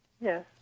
Yes